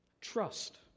Trust